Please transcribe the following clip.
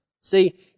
See